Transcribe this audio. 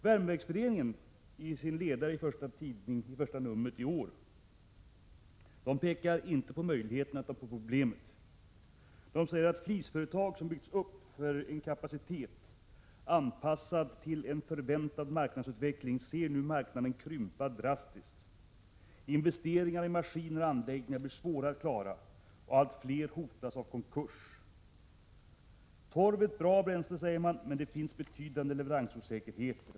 Värmeverksföreningen pekar i ledaren i det första numret av sin tidning för i år mindre på möjligheterna än på problemen: ”Flisföretag som byggts upp för en kapacitet anpassad till en förväntad marknadsutveckling ser nu marknaden krympa drastiskt. Investeringar i maskiner och anläggningar blir svåra att klara och allt fler hotas av konkurs. ——— Torv är ett bra bränsle. Men det finns betydande leveransosäkerhet.